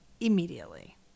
immediately